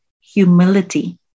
Humility